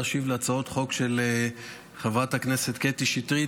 להשיב להצעות חוק של חברת הכנסת קטי שטרית,